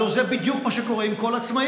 הלוא זה בדיוק מה שקורה עם כל עצמאי.